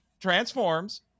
transforms